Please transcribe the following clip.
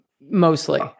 mostly